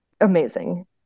amazing